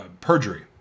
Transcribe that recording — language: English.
perjury